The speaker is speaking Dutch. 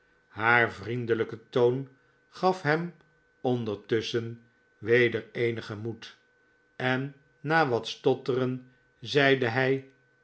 haar vriendelijke toon gaf hem ondertusschen weder eenigen moed en na wat stotteren zeide hij